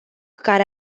care